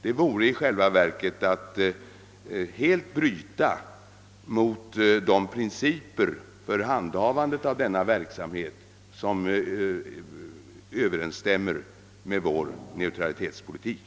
Det vore i själva verket att helt bryta mot de principer för handhavandet av denna verksamhet som överensstämmer med vår neutralitetspolitik.